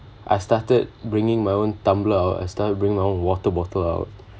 I started bringing my own tumbler or I start bring my own water bottle out